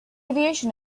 aviation